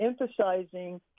emphasizing